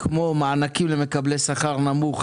כמו מענקים למקבלי שכר נמוך,